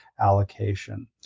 allocation